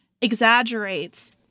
exaggerates